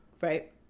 right